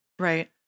Right